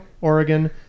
Oregon